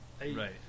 Right